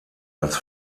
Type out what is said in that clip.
als